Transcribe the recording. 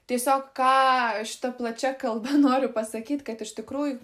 tiesiog ką šita plačia kalba noriu pasakyt kad iš tikrųjų